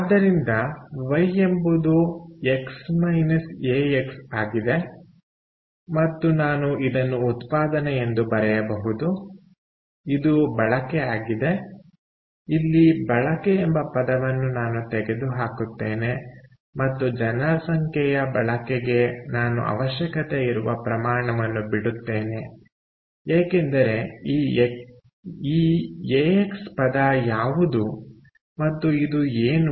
ಆದ್ದರಿಂದ ವೈ ಎಂಬುದು X A X ಆಗಿದೆ ಮತ್ತು ನಾನು ಇದನ್ನು ಉತ್ಪಾದನೆ ಎಂದು ಬರೆಯಬಹುದು ಇದು ಬಳಕೆ ಆಗಿದೆಇಲ್ಲಿ ಬಳಕೆ ಎಂಬ ಪದವನ್ನು ನಾನು ತೆಗೆದು ಹಾಕುತ್ತೇನೆ ಮತ್ತು ಜನಸಂಖ್ಯೆಯ ಬಳಕೆಗೆ ನಾನು ಅವಶ್ಯಕತೆ ಇರುವ ಪ್ರಮಾಣವನ್ನು ಬಿಡುತ್ತೇನೆ ಏಕೆಂದರೆ ಈ ಎ ಎಕ್ಸ್ ಪದ ಯಾವುದು ಮತ್ತು ಇದು ಏನು